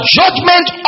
judgment